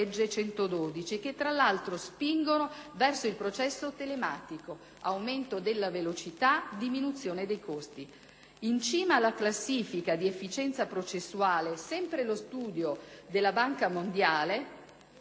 n. 112, che tra l'altro spingono verso il processo telematico: aumento della velocità, diminuzione dei costi. In cima alla classifica di efficienza processuale, sempre lo studio della Banca mondiale